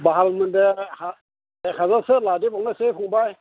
बाहाल मोनदों हा एक हाजारसो लादेरबावनोसै फंबाइ